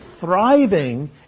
thriving